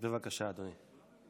בבקשה, אדוני.